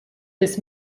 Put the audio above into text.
this